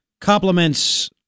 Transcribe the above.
compliments